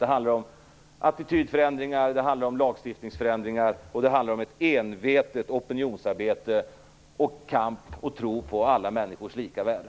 Det handlar om attitydförändringar, lagstiftningsförändringar, ett envetet opinionsarbete, kamp för och tro på alla människors lika värde.